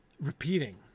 repeating